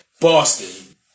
Boston